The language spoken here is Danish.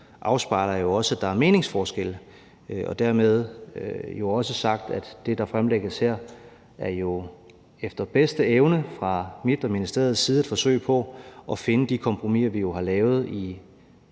afspejler jo også, at der er meningsforskelle, og dermed også være sagt, at det, der fremlægges her, er et forsøg på efter bedste evne fra min og ministeriets side at finde de kompromiser, vi har lavet i